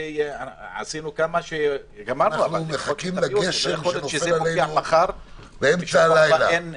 כולנו מחכים לגשם שנופל עלינו באמצע הלילה.